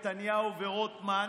נתניהו ורוטמן,